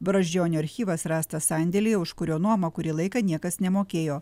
brazdžionio archyvas rastas sandėlyje už kurio nuomą kurį laiką niekas nemokėjo